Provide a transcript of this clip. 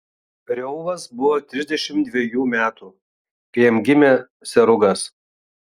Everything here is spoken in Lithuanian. reuvas buvo trisdešimt dvejų metų kai jam gimė serugas